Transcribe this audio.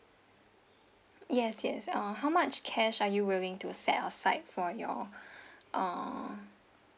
yes yes uh how much cash are you willing to set aside for your uh